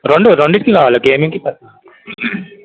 రెండు రెండిటికి కావాలి గేమింగ్కి పర్సనల్కి